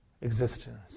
existence